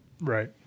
Right